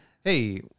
hey